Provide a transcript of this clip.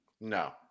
No